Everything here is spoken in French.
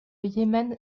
yémen